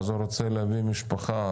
ואז הוא רוצה להביא משפחה,